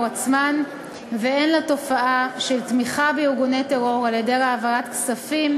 עצמם והן לתופעה של תמיכה בארגוני טרור על-ידי העברת כספים,